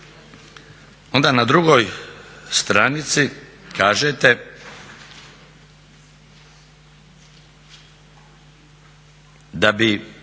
a na drugoj stranici kažete da se